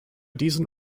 diesen